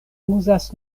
uzas